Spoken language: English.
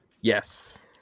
Yes